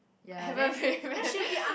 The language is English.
haven't bathe yet